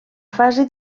fase